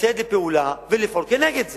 לצאת לפעולה ולפעול כנגד זה.